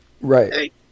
Right